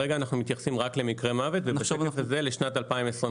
כרגע אנחנו מתייחסים רק למקרי מוות ובשקף הזה לשנת 2021,